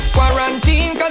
Quarantine